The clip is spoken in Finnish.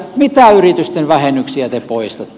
mitä yritysten vähennyksiä te poistatte